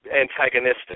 antagonistic